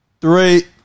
Three